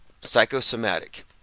psychosomatic